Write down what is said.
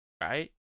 right